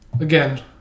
Again